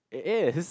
it is